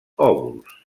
òvuls